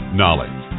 knowledge